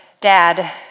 dad